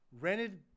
rented